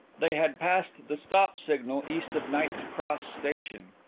they had passed the stop signal, east of knight's cross station.